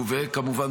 וכמובן,